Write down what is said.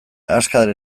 azkar